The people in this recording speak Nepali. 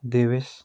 दिवेस